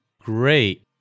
great